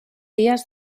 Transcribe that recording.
dies